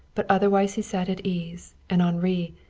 but otherwise he sat at ease, and henri,